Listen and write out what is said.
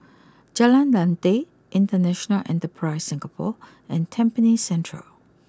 Jalan Lateh International Enterprise Singapore and Tampines Central